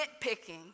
nitpicking